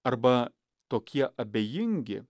arba tokie abejingi